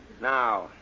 Now